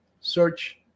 search